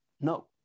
no